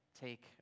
take